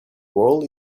world